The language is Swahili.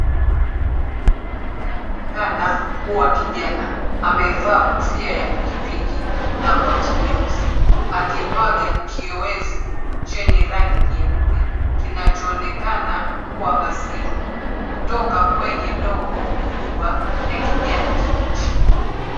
Anayeonekana kuwa akijana amevaa kofia ya pikipiki na koti jeusi akimwaga kiyoyevu chenye rangi nyeupe, kinachonekana kuwa maziwa kutoka kwenye ndoo kubwa ya kijani kibichi .